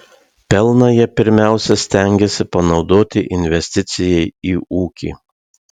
pelną jie pirmiausia stengiasi panaudoti investicijai į ūkį